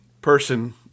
person